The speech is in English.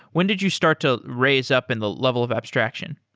when did you start to raise up in the level of abstraction?